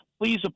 please